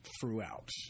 throughout